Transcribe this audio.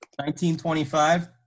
1925